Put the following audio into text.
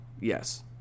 Yes